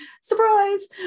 Surprise